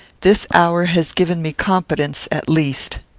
this hour has given me competence, at least.